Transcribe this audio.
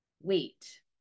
wait